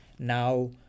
Now